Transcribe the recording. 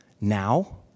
Now